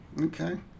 okay